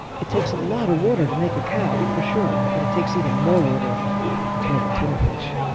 it takes a lot of water to make a cow, for sure, but it takes even more water to make a tuna fish.